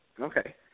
Okay